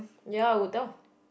ya I would tell